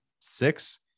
six